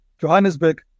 Johannesburg